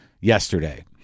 yesterday